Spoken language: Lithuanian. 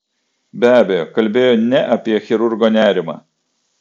be abejo kalbėjo ne apie chirurgo nerimą